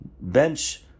bench